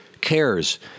cares